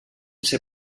ser